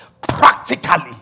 practically